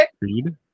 read